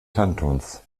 kantons